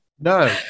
no